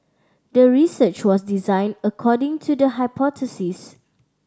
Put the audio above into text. the research was designed according to the hypothesis